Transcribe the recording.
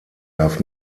darf